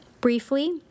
Briefly